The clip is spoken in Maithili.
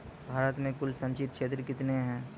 भारत मे कुल संचित क्षेत्र कितने हैं?